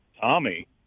Tommy